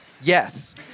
Yes